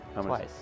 Twice